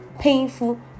painful